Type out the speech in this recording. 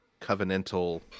covenantal